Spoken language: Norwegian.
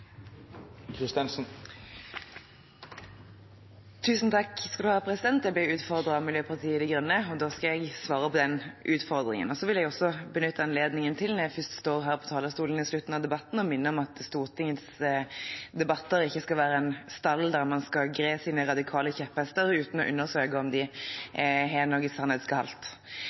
Jeg ble utfordret av Miljøpartiet De Grønne, og da skal jeg svare på den utfordringen. Jeg vil også benytte anledningen, når jeg først står her på talerstolen ved slutten av debatten, til å minne om at Stortingets debatter ikke skal være en stall der man grer sine radikale kjepphester uten å undersøke om de har